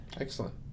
Excellent